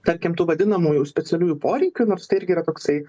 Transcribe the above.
tarkim tų vadinamųjų specialiųjų poreikių nors tai irgi yra toksai